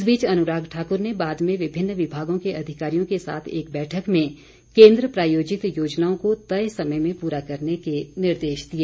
इस बीच अनुराग ठाकुर ने बाद में विभिन्न विभागों के अधिकारियों के साथ एक बैठक में केन्द्र प्रायोजित योजनाओं को तय समय में पूरा करने के निर्देश दिए